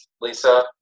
Lisa